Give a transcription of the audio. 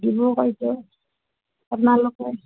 দিবো কৰপে আপনালোকে